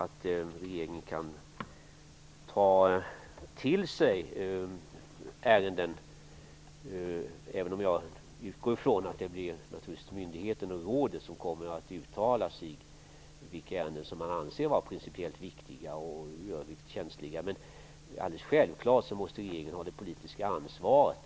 Regeringen kan ta till sig ärenden, även om jag utgår ifrån att det blir myndigheten och rådet som kommer att uttala sig om vilka ärenden som man anser som principiellt viktiga. Självfallet måste regeringen ha det politiska ansvaret.